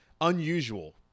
unusual